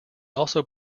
also